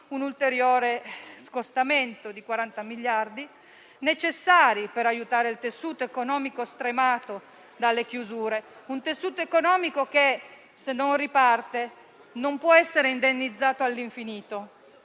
un ulteriore scostamento di 40 miliardi di euro, necessari per aiutare il tessuto economico stremato dalle chiusure; un tessuto economico che, se non riparte, non può essere indennizzato all'infinito.